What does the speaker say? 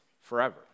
forever